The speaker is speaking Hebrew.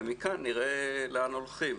ומכאן נראה לאן הולכים.